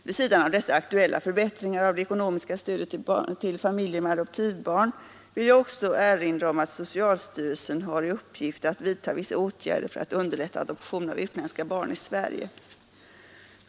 Vid sidan av dessa aktuella förbättringar av det ekonomiska stödet till familjer med adoptivbarn vill jag också erinra om att socialstyrelsen har i uppgift att vidta vissa åtgärder för att underlätta adoption av utländska barn i Sverige.